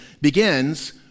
begins